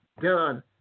done